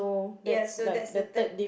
ya so that's the third